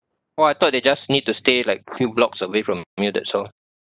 !wah! I thought they just need to stay like few blocks away from me that's all